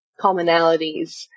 commonalities –